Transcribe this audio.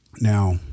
Now